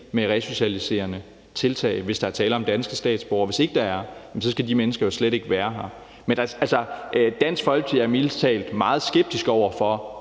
med resocialiserende tiltag, hvis der er tale om danske statsborgere. Hvis ikke der er, skal de mennesker jo slet ikke være her. Men Dansk Folkeparti er mildest talt meget skeptiske over for,